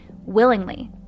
willingly